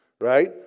Right